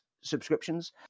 subscriptions